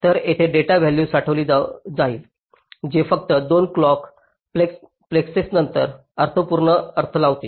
तर येथे data value साठवली जाईल जे फक्त 2 क्लॉक पल्सेसनंतर अर्थपूर्ण अर्थ लावतील